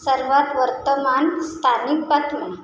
सर्वात वर्तमान स्थानिक बातमी